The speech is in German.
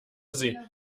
sie